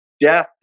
Death